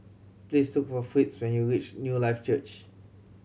please look for Fritz when you reach Newlife Church